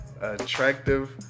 Attractive